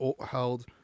held